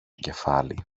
κεφάλι